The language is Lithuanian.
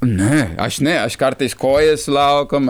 ne aš ne aš kartais kojas laukom